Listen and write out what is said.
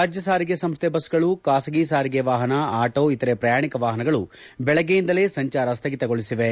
ರಾಜ್ಯ ಸಾರಿಗೆ ಸಂಸ್ಹೆ ಬಸ್ಗಳು ಖಾಸಗಿ ಸಾರಿಗೆ ವಾಹನ ಆಟೊ ಇತರೆ ಪ್ರಯಾಣಿಕ ವಾಹನಗಳು ಬೆಳಗ್ಗೆಯಿಂದಲೇ ಸಂಚಾರ ಸ್ವಗಿತಗೊಳಿಸಿವೆ